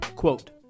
Quote